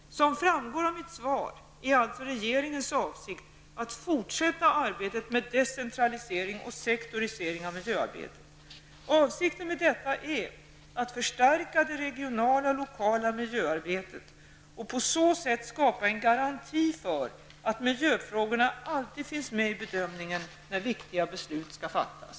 Som framgått av mitt svar är alltså regeringens avsikt att fortsätta arbetet med en decentralisering och sektorisering av miljöarbetet. Avsikten med detta är att förstärka det regionala och lokala miljöarbetet och på så sätt skapa en garanti för att miljöfrågorna alltid finns med i bedömningen när viktiga beslut skall fattas.